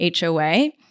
HOA